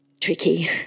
tricky